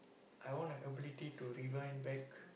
I wanna ability to rewind back